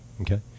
Okay